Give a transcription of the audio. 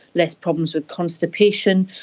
less problems with constipation,